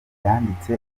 yanditse